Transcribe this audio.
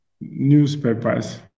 newspapers